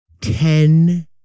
Ten